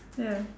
ya